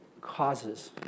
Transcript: causes